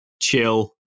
chill